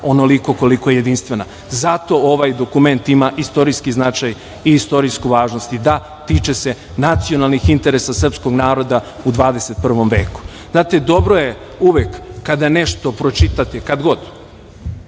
onoliko koliko je jedinstvena. Zato ovaj dokument ima istorijski značaj i istorijsku važnost. I da, tiče se nacionalnih interesa srpskog naroda u 21. veku. Znate, dobro je uvek kada nešto pročitate, kad god,